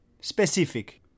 Specific